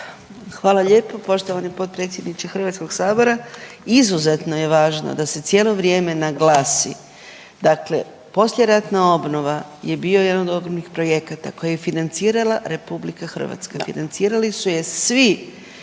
Hvala lijepo poštovani potpredsjedniče HS. Izuzetno je važno da se cijelo vrijeme naglasi, dakle poslijeratna obnova je bio jedan od onih projekata koji je financirala RH, financirali